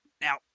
Now